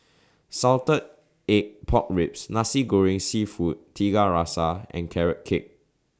Salted Egg Pork Ribs Nasi Goreng Seafood Tiga Rasa and Carrot Cake